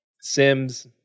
Sims